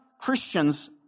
Christians